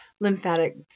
lymphatic